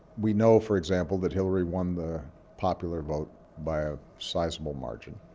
we know for example that hillary won the popular vote by a sizable margin.